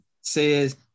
says